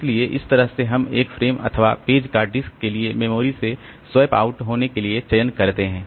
इसलिए इस तरह से हम एक फ्रेम अथवा पेज का डिस्क के लिए मेमोरी से स्वैप आउट होने के लिए चयन करते हैं